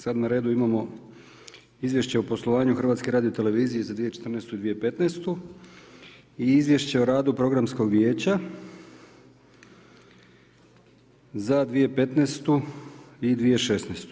Sad na radu imamo Izvješće o poslovanju HRT-a za 2014. i 2015. i Izvješće o radu programskog vijeća za 2015. i 2016.